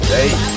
Hey